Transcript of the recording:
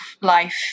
life